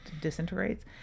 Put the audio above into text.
disintegrates